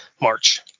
March